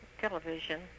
television